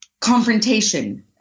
confrontation